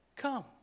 come